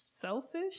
selfish